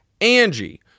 Angie